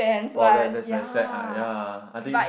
!wow! that that's very sad ah ya I think